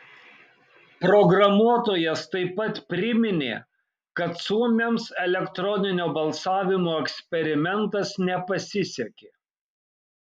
programuotojas taip pat priminė kad suomiams elektroninio balsavimo eksperimentas nepasisekė